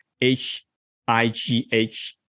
H-I-G-H